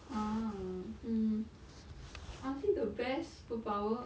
!huh! hmm I would say the best superpower